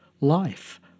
life